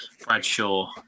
Bradshaw